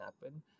happen